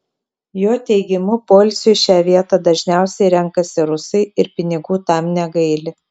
jo teigimu poilsiui šią vietą dažniausiai renkasi rusai ir pinigų tam negaili